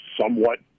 somewhat